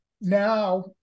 now